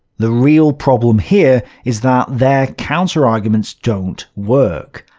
the real problem here is that their counter arguments don't work.